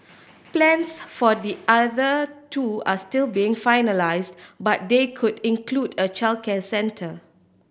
plans for the other two are still being finalised but they could include a childcare centre